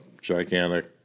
gigantic